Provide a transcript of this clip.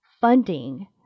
funding